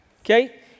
Okay